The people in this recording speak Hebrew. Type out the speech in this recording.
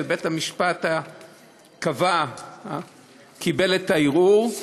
אם בית-המשפט קיבל את הערעור,